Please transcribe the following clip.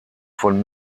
von